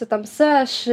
su tamsa aš